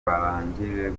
barangije